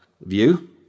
view